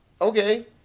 okay